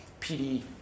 PD